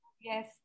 Yes